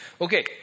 Okay